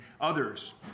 others